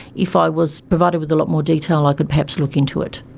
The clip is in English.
if i was provided with a lot more detail, i could perhaps look into it.